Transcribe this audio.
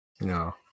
No